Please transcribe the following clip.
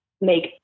make